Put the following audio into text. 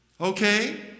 Okay